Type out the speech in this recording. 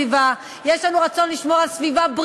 יש לנו רצון לשמור על הסביבה.